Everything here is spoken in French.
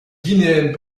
guinéenne